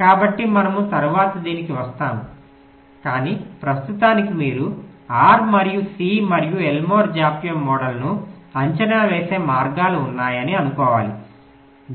కాబట్టి మనము తరువాత దీనికి వస్తాము కానీ ప్రస్తుతానికి మీరు R మరియు C మరియు ఎల్మోర్ జాప్యం మోడల్ను అంచనా వేసే మార్గాలు ఉన్నాయని అనుకోవాలి